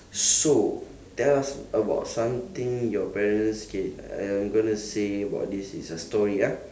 so tell us about something your parents okay I I'm gonna say about this is a story ah